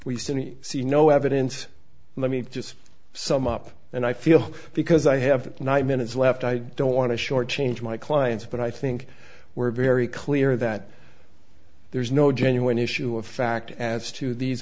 sunni see no evidence let me just sum up and i feel because i have not minutes left i don't want to shortchange my clients but i think we're very clear that there's no genuine issue of fact as to these